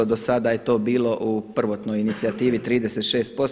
Do sada je to bilo u prvotnoj inicijativi 36%